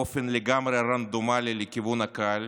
באופן לגמרי רנדומלי, לכיוון הקהל,